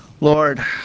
Lord